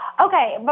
Okay